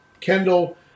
Kendall